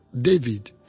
David